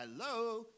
Hello